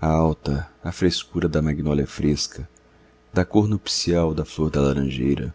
alta a frescura da magnólia fresca da cor nupcial da flor da laranjeira